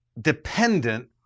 dependent